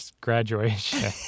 graduation